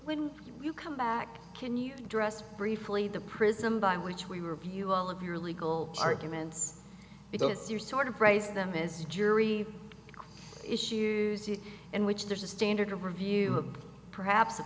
when you come back can you address briefly the prism by which we were view all of your legal arguments because you're sort of raise them this jury issue in which there's a standard a review of perhaps a